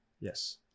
Yes